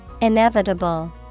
Inevitable